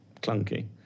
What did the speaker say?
clunky